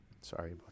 Sorry